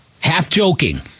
Half-joking